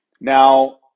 Now